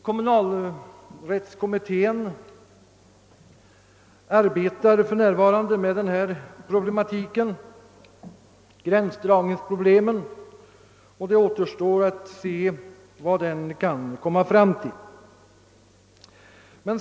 Kommunalrättskommittén arbetar för närvarande med gränsdragningsproblemen, och det återstår att se vad den kommittén kan komma fram till.